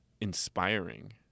inspiring